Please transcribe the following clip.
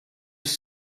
have